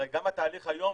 הרי גם התהליך היום,